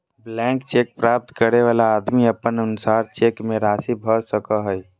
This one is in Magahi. ब्लैंक चेक प्राप्त करे वाला आदमी अपन अनुसार चेक मे राशि भर सको हय